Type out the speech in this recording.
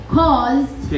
caused